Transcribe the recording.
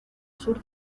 sur